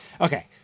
Okay